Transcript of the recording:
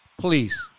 please